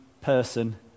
person